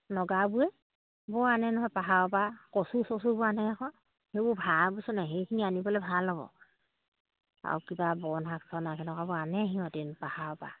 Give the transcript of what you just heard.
নগাবোৰে বৰ আনে নহয় পাহাৰৰ পা কচু চচুবোৰ আনে আকৌ সেইবোৰ ভাৰ বুইছেনে সেইখিনি আনিবলৈ ভাল হ'ব আৰু কিবা বন শাক চন শাক তেনেকুৱাবোৰো আনে সিহঁতে পাহাৰৰ পৰা